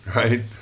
right